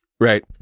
Right